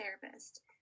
therapist